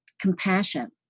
compassion